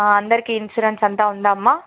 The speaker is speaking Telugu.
అందరికీ ఇన్సూరెన్స్ అంతా ఉందా అమ్మా